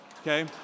Okay